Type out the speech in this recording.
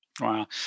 Wow